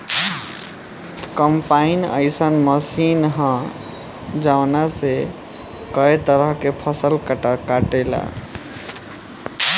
combine अइसन मशीन ह जवना से कए तरह के फसल कटाला